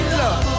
love